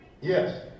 Yes